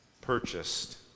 purchased